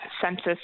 Census